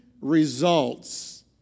results